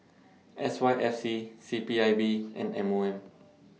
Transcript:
S Y F C C P I B and M O M